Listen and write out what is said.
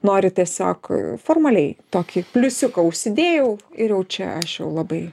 nori tiesiog formaliai tokį pliusiuką užsidėjau ir jau čia aš jau labai